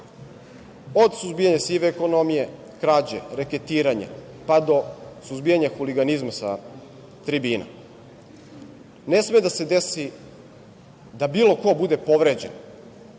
Od suzbijanja sive ekonomije, krađe, reketiranja, pa do suzbijanja huliganizma sa tribina ne sme da se desi da bilo ko bude povređen,